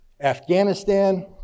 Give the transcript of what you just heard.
Afghanistan